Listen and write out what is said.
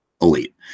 elite